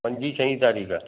पंजीं छहीं तरीख़